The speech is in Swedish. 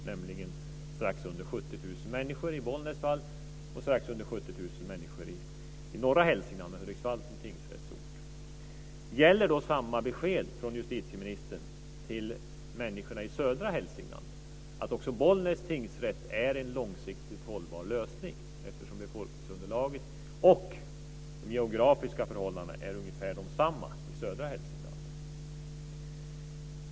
Det är strax under 70 000 människor i Bollnäs fall och strax under 70 000 människor i norra Hälsingland, med Hudiksvall som tingsrättsort. Gäller samma besked från justitieministern till människorna i södra Hälsingland, att också Bollnäs tingsrätt är en långsiktigt hållbar lösning? Befolkningsunderlaget och de geografiska förhållandena är ungefär desamma i södra Hälsingland.